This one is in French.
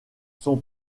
son